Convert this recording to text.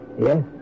Yes